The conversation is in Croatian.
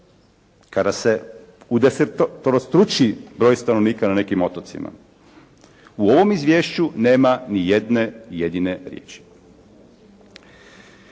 kada se udeseterostruči broj stanovnika na nekim otocima, u ovom izvješću nema niti jedne jedine riječi.